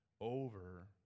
over